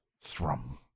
Thrum